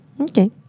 okay